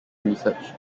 research